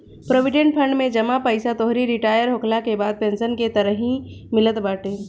provident fund में जमा पईसा तोहरी रिटायर होखला के बाद पेंशन के तरही मिलत बाटे